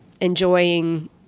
enjoying